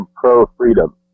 pro-freedom